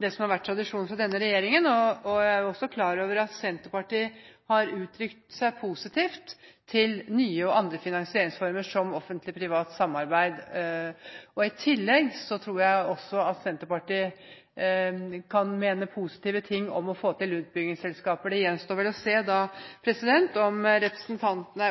det som har vært tradisjon for denne regjeringen. Jeg er også klar over at Senterpartiet har uttrykt seg positivt til nye og andre finansieringsformer som offentlig–privat samarbeid. I tillegg tror jeg Senterpartiet kan mene positive ting om å få til utbyggingsselskaper. Det gjenstår å se